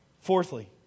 Fourthly